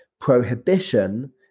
prohibition